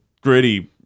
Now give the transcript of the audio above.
gritty